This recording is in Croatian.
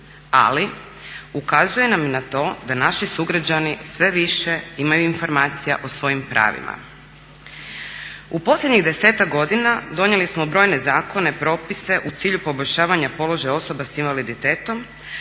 ali ukazuje nam i na to da naši sugrađani sve više imaju informacija o svojim pravima. U posljednjih 10 godina donijeli smo brojne zakone, propise u cilju poboljšavanja položaja osoba sa invaliditetom